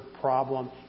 problem